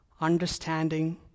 understanding